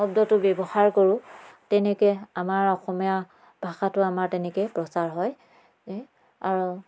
শব্দটো ব্যৱহাৰ কৰোঁ তেনেকৈ আমাৰ অসমীয়া ভাষাটো আমাৰ তেনেকৈয়ে প্ৰচাৰ হয় আৰু